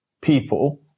people